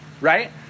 right